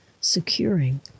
securing